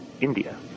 India